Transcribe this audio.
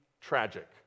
tragic